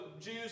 Jews